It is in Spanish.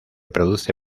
produce